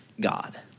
God